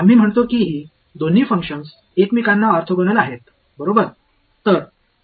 आम्ही म्हणतो की ही दोन्ही फंक्शन्स एकमेकांना ऑर्थोगोनल आहेत बरोबर आहे